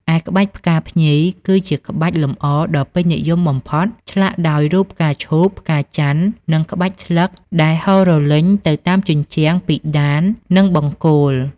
ឯក្បាច់ផ្កាភ្ញី គឺជាក្បាច់លម្អដ៏ពេញនិយមបំផុត ឆ្លាក់ដោយរូបផ្កាឈូក ផ្កាច័ន្ទ និងក្បាច់ស្លឹកដែលហូររលេញទៅតាមជញ្ជាំង ពិតាន និងបង្គោល។